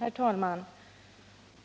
Herr talman!